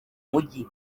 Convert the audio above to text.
mujyi